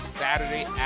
Saturday